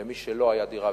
מי שלא היתה לו דירה,